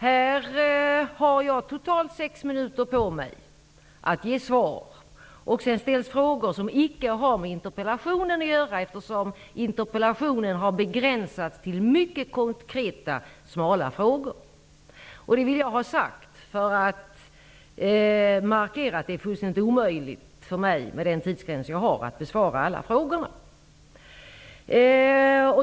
Här har jag totalt sex minuter på mig att svara, och sedan ställs det frågor som icke har med interpellationen att göra. Interpellationen har begränsats till mycket konkreta, smala frågor. Jag vill ha detta sagt för att markera att det är fullständigt omöjligt för mig med denna tidsgräns att besvara alla frågorna.